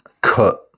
cut